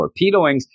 torpedoings